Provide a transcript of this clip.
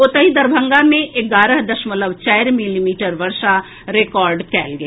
ओतहि दरभंगा मे एगारह दशमलव चारि मिलीमीटर वर्षा रिकॉर्ड कएल गेल